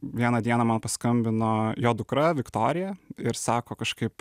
vieną dieną man paskambino jo dukra viktorija ir sako kažkaip